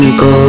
go